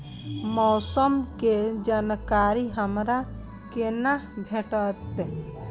मौसम के जानकारी हमरा केना भेटैत?